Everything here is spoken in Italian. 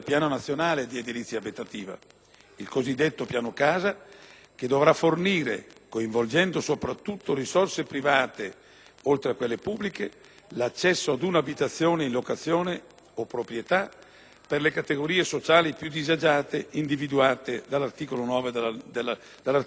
il cosiddetto Piano casa, che dovrà favorire, coinvolgendo soprattutto risorse private oltre a quelle pubbliche, l'accesso ad una abitazione in locazione o proprietà per le categorie sociali più disagiate individuate all'articolo 1 della legge n. 9 del 2007